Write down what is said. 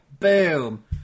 Boom